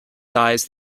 size